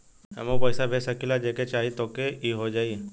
हमहू पैसा भेज सकीला जेके चाही तोके ई हो जाई?